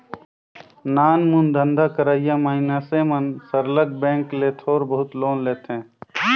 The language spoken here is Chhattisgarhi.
नानमुन धंधा करइया मइनसे मन सरलग बेंक ले थोर बहुत लोन लेथें